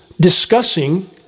discussing